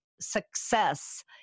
Success